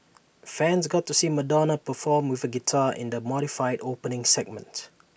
fans got to see Madonna perform with A guitar in the modified opening segment